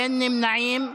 אין נמנעים.